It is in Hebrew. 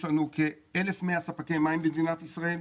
יש לנו כ-1,100 ספקי מים במדינת ישראל.